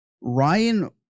ryan